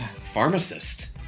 Pharmacist